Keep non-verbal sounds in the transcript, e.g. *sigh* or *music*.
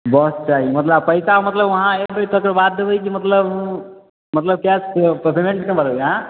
बस चाही मतलब पैसा मतलब वहाँ अयबै तेकर बाद देबै की मतलब मतलब कैश *unintelligible*